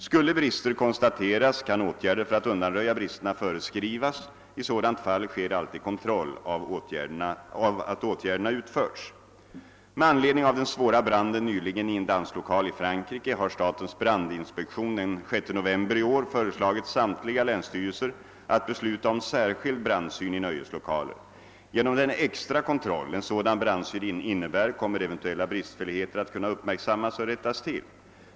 Skulle brister konstateras, kan åtgärder för att undanröja bristerna föreskrivas. I sådant fall sker alltid kontroll av att åtgärderna utförts. Med anledning av den svåra branden nyligen i en danslokal i Frankrike har statens brandinspektion den 6 november i år föreslagit samtliga länsstyrelser att besluta om särskild brandsyn i nöjeslokaler. Genom den extra kontroll en sådan brandsyn innebär kommer eventuella. bristfälligheter att kunna uppmärksammas och rättas till.